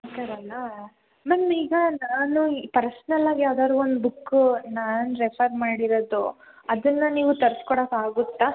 ಆ ಥರನಾ ಮ್ಯಾಮ್ ಈಗ ನಾನು ಪರ್ಸನಲಾಗಿ ಯಾವ್ದಾರು ಒಂದು ಬುಕ್ ನಾನು ರೆಫರ್ ಮಾಡಿರೋದು ಅದನ್ನು ನೀವು ತರ್ಸ್ಕೊಡೋಕ್ ಆಗುತ್ತ